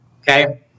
okay